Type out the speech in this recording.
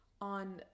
on